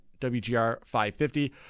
WGR550